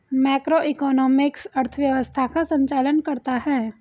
macroeconomics अर्थव्यवस्था का संचालन करता है